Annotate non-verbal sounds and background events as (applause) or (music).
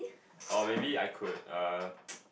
or maybe I could err (noise)